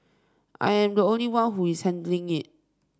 I am the only one who is handling it